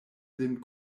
lin